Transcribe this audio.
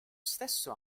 stesso